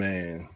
Man